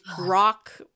rock